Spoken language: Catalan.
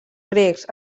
grecs